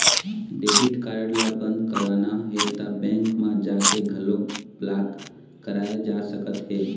debit card ल बंद कराना हे त बेंक म जाके घलोक ब्लॉक कराए जा सकत हे